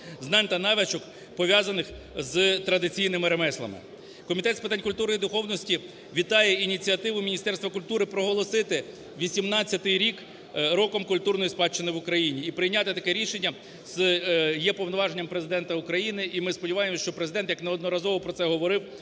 знань та навичок, пов'язаних з традиційними ремеслами. Комітет з питань культури і духовності вітає ініціативу Міністерства культури проголосити 2018 рік роком культурної спадщини в Україні, і прийняти таке рішення є повноваженням Президента України. І ми сподіваємося, що Президент, як неодноразово про це говорив,